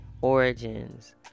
origins